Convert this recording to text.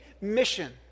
mission